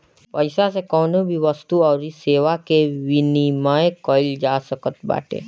पईसा से कवनो भी वस्तु अउरी सेवा कअ विनिमय कईल जा सकत बाटे